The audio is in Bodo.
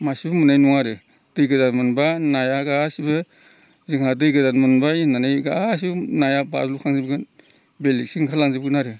मासेबो मोननाय नङा आरो दै गोदान मोनब्ला नाया गासैबो जोंहा दै गोदान मोनबाय होननानै गासैबो नाया बाज्ल'खांजोबगोन बेलेगथिं ओंखारलांजोबगोन आरो